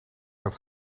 dat